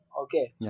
Okay